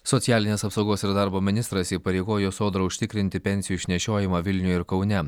socialinės apsaugos ir darbo ministras įpareigojo sodrą užtikrinti pensijų išnešiojimą vilniuje ir kaune